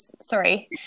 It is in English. sorry